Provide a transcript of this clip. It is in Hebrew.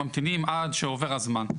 ממתינים עד שעובר הזמן.